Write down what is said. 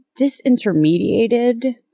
disintermediated